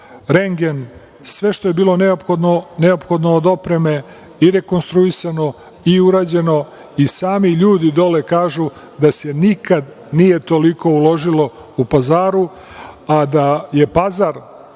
rendgen, sve što je bilo neophodno od opreme, i rekonstruisano i urađeno. I sami ljudi dole kažu da se nikad nije toliko uložilo u Pazaru, a da je Pazar